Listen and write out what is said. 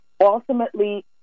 Ultimately